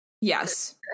Yes